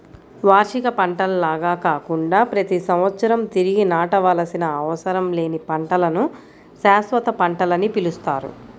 వార్షిక పంటల్లాగా కాకుండా ప్రతి సంవత్సరం తిరిగి నాటవలసిన అవసరం లేని పంటలను శాశ్వత పంటలని పిలుస్తారు